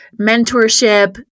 mentorship